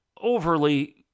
overly